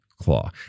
Claw